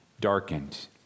darkened